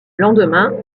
lendemain